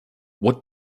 what